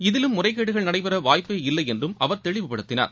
இதிலும் முறைகேடுகள் நடைபெற வாய்ப்பு இல்லை என்று அவர் தெளிவுபடுத்தினார்